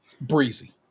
breezy